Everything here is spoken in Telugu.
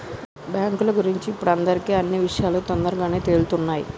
బ్యేంకుల గురించి ఇప్పుడు అందరికీ అన్నీ విషయాలూ తొందరగానే తెలుత్తున్నయ్